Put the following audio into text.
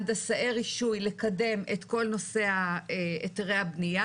הנדסאי רישוי לקדם את כל נושא היתרי הבניה